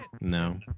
No